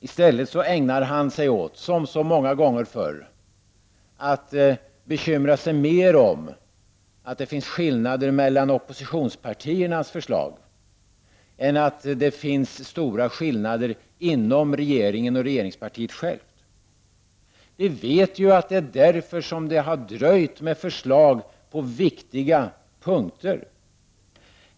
I stället ägnade finansministern sig åt, som så många gånger förr, att bekymra sig mer om att det finns skillnader mellan oppositionspartiernas förslag än om att det finns stora skillnader inom regeringen och regeringspartiet självt. Vi vet att det är därför som det har dröjt med förslag på viktiga punkter.